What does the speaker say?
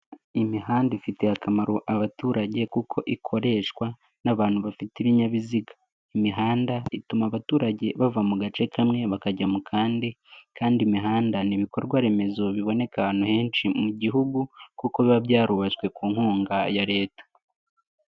Imihanda ifitiye akamaro abaturage kuko ikoreshwa n'abantu bafite ibinyabiziga. Imihanda ituma abaturage bava mu gace kamwe bakajya mu kandi, kandi imihanda n'ibikorwa remezo biboneka ahantu henshi mu gihugu, kuko biba byarubashtswe ku nkunga ya leta.